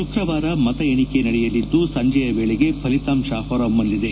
ಶುಕ್ರವಾರ ಮತ ಎಣಿಕೆ ನಡೆಯಲಿದ್ದು ಸಂಜೆಯ ವೇಳೆಗೆ ಫಲಿತಾಂಶ ಹೊರಹೊಮ್ಮಲಿದೆ